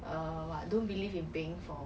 really meh why